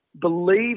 believe